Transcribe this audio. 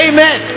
Amen